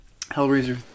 Hellraiser